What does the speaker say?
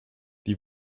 die